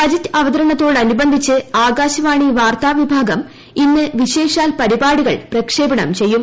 budget അവതരണത്തോടനുബന്ധിച്ച് ആകാശവാണി വാർത്താവിഭാഗം ഇന്ന് വിശേഷാൽ പരിപാടികൾ പ്രക്ഷേപണം ചെയ്യും